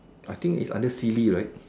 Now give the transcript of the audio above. I think is under silly right